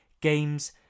games